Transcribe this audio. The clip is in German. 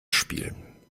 spiel